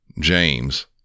James